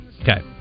Okay